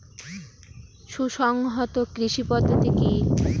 সুসংহত কৃষি পদ্ধতি কি?